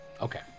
Okay